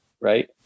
right